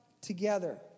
together